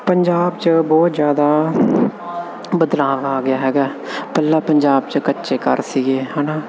ਪੰਜਾਬ 'ਚ ਬਹੁਤ ਜ਼ਿਆਦਾ ਬਦਲਾਅ ਆ ਗਿਆ ਹੈਗਾ ਪਹਿਲਾਂ ਪੰਜਾਬ 'ਚ ਕੱਚੇ ਘਰ ਸੀਗੇ ਹੈ ਨਾ